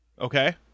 Okay